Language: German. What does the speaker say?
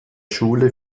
schule